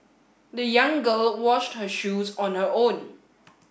the young girl washed her shoes on her own